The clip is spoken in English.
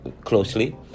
closely